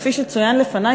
כפי שצוין לפני,